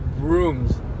rooms